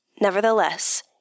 Nevertheless